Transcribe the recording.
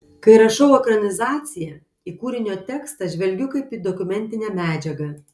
kai rašau ekranizaciją į kūrinio tekstą žvelgiu kaip į dokumentinę medžiagą